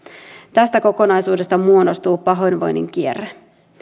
tästä kokonaisuudesta muodostuu pahoinvoinnin kierre